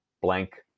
blank